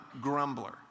grumbler